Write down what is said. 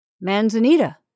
Manzanita